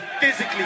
physically